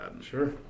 Sure